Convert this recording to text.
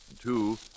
Two